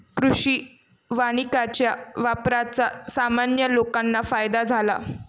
कृषी वानिकाच्या वापराचा सामान्य लोकांना फायदा झाला